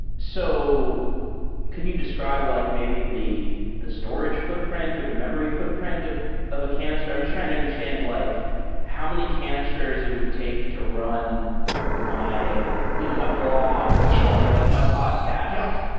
so can you describe like maybe the the storage footprint or the memory footprint of of a canister? i'm just trying to understand like how many canisters it would take to run my you know my blog or something, like my podcast. yeah.